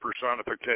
personification